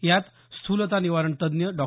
यात स्थूलता निवारण तज्ञ डॉ